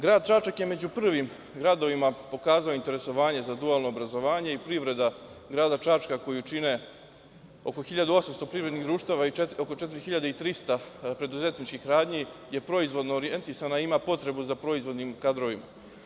Grad Čačak je među prvim gradovima pokazao interesovanje za dualno obrazovanje i privreda grada Čačka koju čine oko 1.800 privrednih društava i oko 4.300 preduzetničkih radnji je proizvodno orjentisana i ima potrebu za proizvodnim kadrovima.